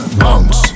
bounce